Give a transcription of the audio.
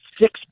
six